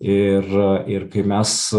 ir ir kai mes